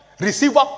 Receiver